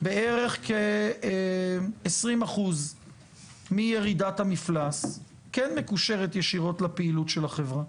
בערך כ-20% מירידת המפלס כן מקושרת ישירות לפעילות של החברה.